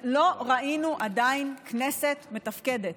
לא ראינו עדיין כנסת מתפקדת,